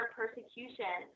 persecution